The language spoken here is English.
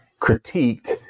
critiqued